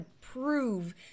prove